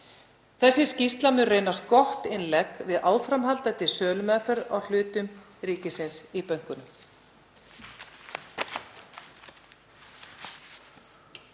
Þessi skýrsla mun reynast gott innlegg við áframhaldandi sölumeðferð á hlutum ríkisins í bönkunum.